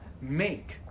make